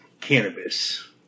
cannabis